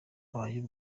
habayeho